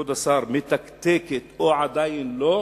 כבוד השר, מתקתקת, או עדיין לא?